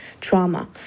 trauma